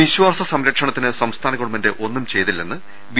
വിശ്വാസ സംരക്ഷണത്തിന് സംസ്ഥാന ഗവൺമെന്റ് ഒന്നും ചെയ്തില്ലെന്ന് ബി